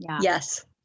yes